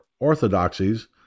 orthodoxies